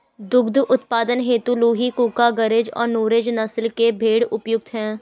दुग्ध उत्पादन हेतु लूही, कूका, गरेज और नुरेज नस्ल के भेंड़ उपयुक्त है